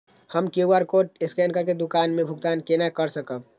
हम QR code scan करके दुकान में भुगतान केना कर सकब?